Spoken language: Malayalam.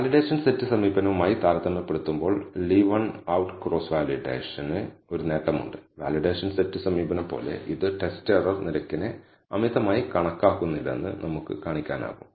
വാലിഡേഷൻ സെറ്റ് സമീപനവുമായി താരതമ്യപ്പെടുത്തുമ്പോൾ ലീവ് വൺ ഔട്ട് ക്രോസ് വാലിഡേഷൻന് ഒരു നേട്ടമുണ്ട് വാലിഡേഷൻ സെറ്റ് സമീപനം പോലെ ഇത് ടെസ്റ്റ് എറർ നിരക്കിനെ അമിതമായി കണക്കാക്കുന്നില്ലെന്ന് നമുക്ക് കാണിക്കാനാകും